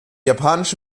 japanische